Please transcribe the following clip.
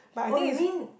oh you mean